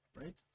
right